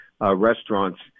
restaurants